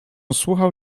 słuchał